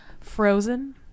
frozen